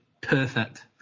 perfect